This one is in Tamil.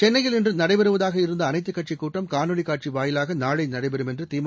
சென்னையில் இன்று நடைபெறுவதாக இருந்த அனைத்துக்கட்சி கூட்டம் காணொலிக்காட்சி வாயிலாக நாளை நடைபெறும் என்று திமு